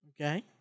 Okay